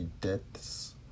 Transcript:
deaths